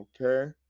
Okay